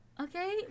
Okay